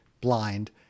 blind